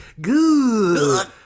good